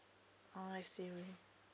I see